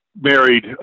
married